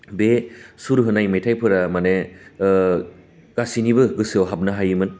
बे सुर होनाय मेथाइफोरा माने गासैनिबो गोसोआव हाबनो हायोमोन